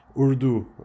Urdu